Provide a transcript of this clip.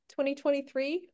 2023